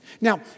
Now